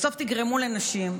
בסוף תגרמו לנשים,